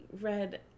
read